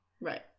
Right